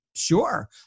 Sure